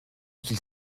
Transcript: qu’ils